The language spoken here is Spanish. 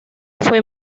fue